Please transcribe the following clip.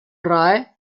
rye